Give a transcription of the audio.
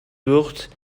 wird